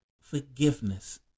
forgiveness